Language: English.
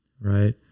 Right